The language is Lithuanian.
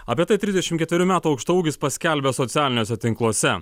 apie trisdešimt ketverių metų aukštaūgis paskelbė socialiniuose tinkluose